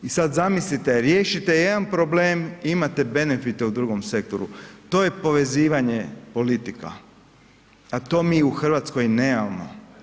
I sad zamislite riješite jedan problem imate benefite u drugom sektoru, to je povezivanje politika, a to mi u Hrvatskoj nemamo.